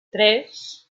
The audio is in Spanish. tres